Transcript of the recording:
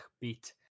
beat